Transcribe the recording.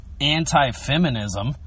anti-feminism